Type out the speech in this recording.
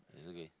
it's okay